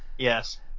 Yes